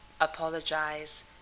apologize